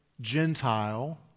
Gentile